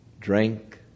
drank